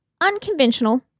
unconventional